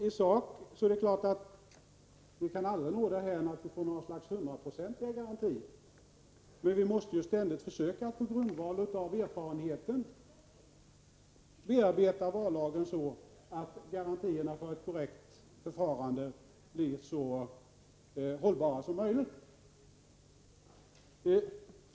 I sak är det alldeles klart att vi aldrig kan få hundraprocentiga garantier, men vi måste samtidigt försöka att på grundval av erfarenheten bearbeta vallagen, så att garantierna för ett korrekt förfarande blir så hållbara som möjligt.